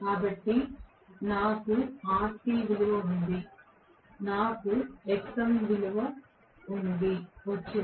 కాబట్టి నాకు Rc విలువ వచ్చింది నాకు Xm విలువ వచ్చింది